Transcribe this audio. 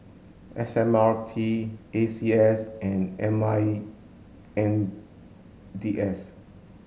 S M R T A C S and M I N D S